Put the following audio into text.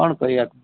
କ'ଣ କରିବା